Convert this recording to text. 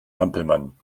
hampelmann